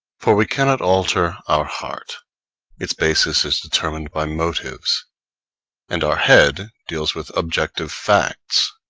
for we cannot alter our heart its basis is determined by motives and our head deals with objective facts,